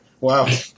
Wow